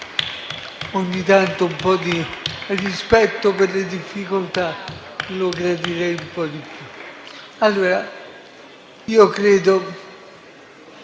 Ogni tanto un po' di rispetto per le difficoltà lo gradirei.